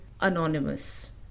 anonymous